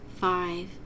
five